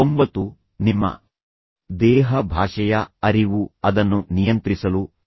ಒಂಬತ್ತು ನಿಮ್ಮ ದೇಹ ಭಾಷೆಯ ಅರಿವು ಅದನ್ನು ನಿಯಂತ್ರಿಸಲು ನಿಮಗೆ ಸಹಾಯ ಮಾಡುತ್ತದೆ